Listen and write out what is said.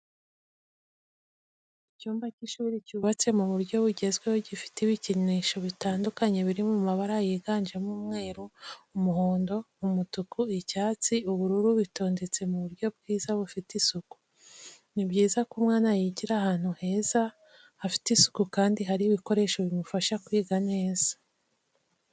Icyumba cy'ishuri cyubatse mu buryo bugezweho gifite ibikinisho bitandukanye biri mabara yiganjemo umweru, umuhondo, umutuku. icyatsi ubururu bitondetse mu buryo bwiza bufite isuku. ni byiza ko umwana yigira ahantu heza hafite isuku kandi hari ibikoresho bimufasha kwiga neza.